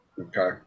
Okay